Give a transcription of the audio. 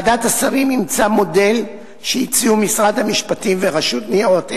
ועדת השרים אימצה מודל שהציעו משרד המשפטים ורשות ניירות ערך.